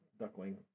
duckling